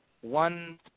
one